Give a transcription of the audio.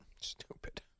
Stupid